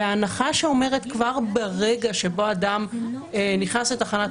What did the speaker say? ההנחה שאומרת שכבר ברגע שבו אדם נכנס לתחנת